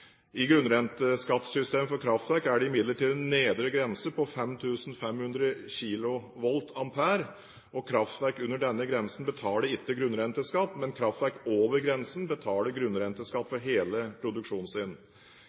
I grunnrenteskattesystemet for kraftverk er det imidlertid en nedre grense på 5 500 kVA. Kraftverk under denne grensen betaler ikke grunnrenteskatt, men kraftverk over grensen betaler grunnrenteskatt